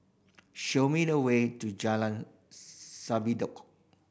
show me the way to Jalan